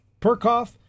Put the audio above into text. Perkoff